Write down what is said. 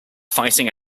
fighting